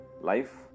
life